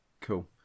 Cool